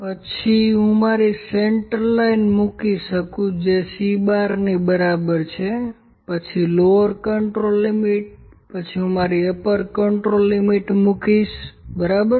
પછી હું મારી સેન્ટર લાઈન મૂકી શકું જે C¯ ની બરાબર છે પછી લોવર કન્ટ્રોલ લિમિટ પછી હું મારી અપર કન્ટ્રોલ લિમિટ મૂકીશ બરાબર